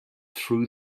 through